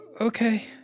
Okay